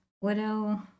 Widow